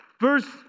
Verse